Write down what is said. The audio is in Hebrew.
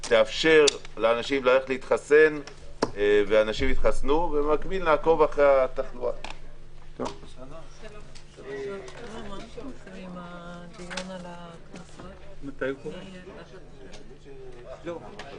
12:39.